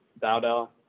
Dowdell